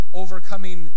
overcoming